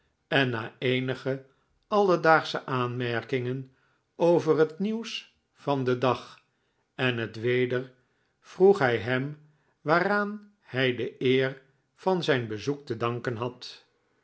en na eenige alledaagsche aanmerkingen over het nieuws van den dag en het weder vroeg hij hem waaraan hij de eer van zijn bezoek te danken had